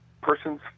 persons